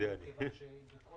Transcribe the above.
חברי הכנסת, מבקשים להכניס